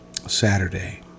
Saturday